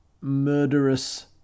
murderous